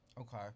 Okay